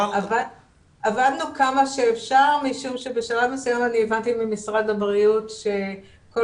עבדנו כמה שאפשר משום שבשלב מסוים הבנתי ממשרד הבריאות שכל